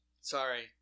Sorry